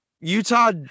utah